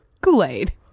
Kool-Aid